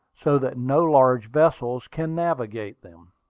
so that no large vessels can navigate them.